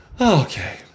Okay